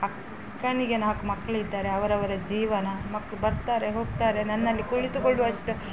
ಅಕ್ಕನಿಗೆ ನಾಲ್ಕು ಮಕ್ಕಳಿದ್ದಾರೆ ಅವರವರ ಜೀವನ ಮಕ್ಕಳು ಬರ್ತಾರೆ ಹೋಗ್ತಾರೆ ನನ್ನಲ್ಲಿ ಕುಳಿತುಕೊಳ್ಳುವಷ್ಟು